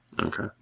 Okay